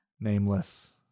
nameless